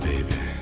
baby